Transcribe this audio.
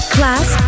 class